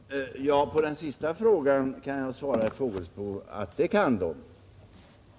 Herr talman! På den sista frågan kan jag svara herr Fågelsbo att det kan de.